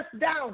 down